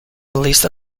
released